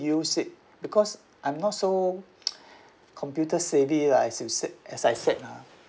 use it because I'm not so computer savvy lah as you said as I said lah